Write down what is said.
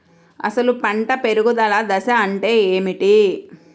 అసలు పంట పెరుగుదల దశ అంటే ఏమిటి?